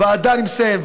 אני מסיים.